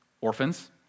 orphans